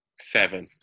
Seven